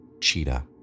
cheetah